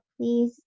Please